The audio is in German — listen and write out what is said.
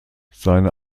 seine